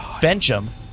Benjamin